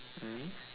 mm